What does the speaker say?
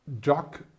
jock